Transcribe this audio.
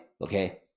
okay